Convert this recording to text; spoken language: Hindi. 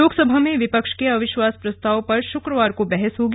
लोकसभा में विपक्ष के अविश्वास प्रस्ताव पर शुक्रवार को बहस होगी